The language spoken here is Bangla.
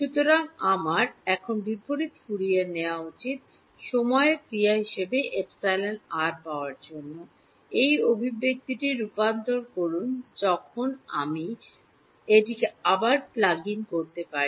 সুতরাং আমার এখন বিপরীত ফুরিয়ার নেওয়া উচিত সময়ের ক্রিয়া হিসাবে εr পাওয়ার জন্য এই অভিব্যক্তিটির রূপান্তর করুন যাতে আমি এটিকে আবার প্লাগইন করতে পারি